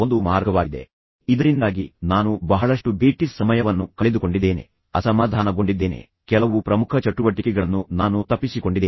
ನಾನು ನೋಡಿದಾಗಲೆಲ್ಲಾ ನನಗೆ ಹೊಟ್ಟೆ ನೋವಿನ ಬಗ್ಗೆ ನೆನಪಾಗುತ್ತದೆ ಇದರಿಂದಾಗಿ ನಾನು ಬಹಳಷ್ಟು ಭೇಟಿ ಸಮಯವನ್ನು ಕಳೆದುಕೊಂಡಿದ್ದೇನೆ ಅಸಮಾಧಾನಗೊಂಡಿದ್ದೇನೆ ಕೆಲವು ಪ್ರಮುಖ ಚಟುವಟಿಕೆಗಳನ್ನು ನಾನು ತಪ್ಪಿಸಿಕೊಂಡಿದ್ದೇನೆ